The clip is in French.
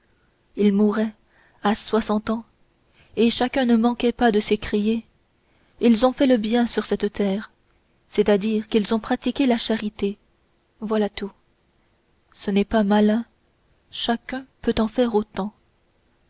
ils mouraient à soixante ans et chacun ne manquait pas de s'écrier ils ont fait le bien sur cette terre c'est-à-dire qu'ils ont pratiqué la charité voilà tout ce n'est pas malin chacun peut en faire autant